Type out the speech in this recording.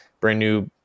brand-new